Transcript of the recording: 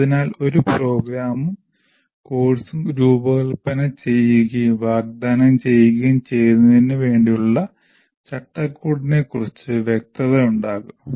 അതിനാൽ ഒരു പ്രോഗ്രാമും കോഴ്സും രൂപകൽപ്പന ചെയ്യുകയും വാഗ്ദാനം ചെയ്യുകയും ചെയ്യുന്നതിന് വേണ്ടിയുള്ള ചട്ടക്കൂടിനെക്കുറിച്ച് വ്യക്തത ഉണ്ടാകും